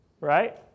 right